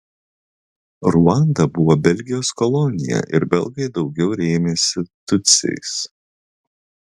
ruanda buvo belgijos kolonija ir belgai daugiau rėmėsi tutsiais